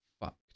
fucked